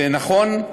ונכון,